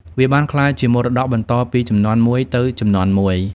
វាបានក្លាយជាមរតកបន្តពីជំនាន់មួយទៅជំនាន់មួយ។